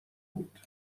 بود